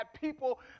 people